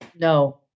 no